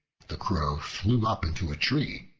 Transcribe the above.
the crow flew up into a tree,